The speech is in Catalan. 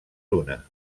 una